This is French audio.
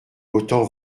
autant